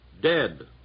dead